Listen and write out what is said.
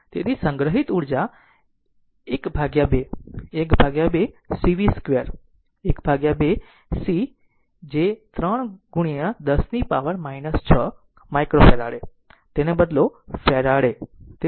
તેથીસંગ્રહિત ઉર્જા 12 12cv 2 12 c is 3 10 નીપાવર 6 farad માઇક્રોફેરાડે તેને બદલો ફેરાડે